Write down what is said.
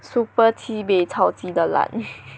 super sibei 超级的烂